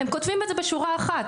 הם כותבים את זה בשורה אחת.